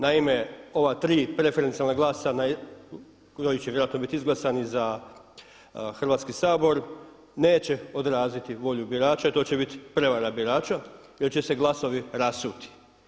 Naime, ova tri preferencijalna glasa koji će vjerojatno bili izglasani za Hrvatski sabor neće odraziti volju birača i to će biti prevara birača jer će se glasovi rasuti.